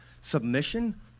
Submission